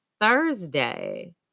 Thursday